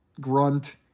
grunt